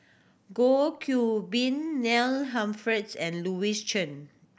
Goh Qiu Bin Neil Humphreys and Louis Chen